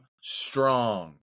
strong